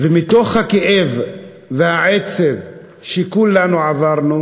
ומתוך הכאב והעצב שכולנו עברנו,